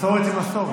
מסורת היא מסורת.